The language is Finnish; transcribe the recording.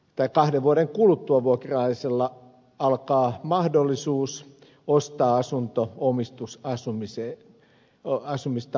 tai kahden vuoden kuluttua vuokralaisella alkaa mahdollisuus ostaa asunto omistusasumista varten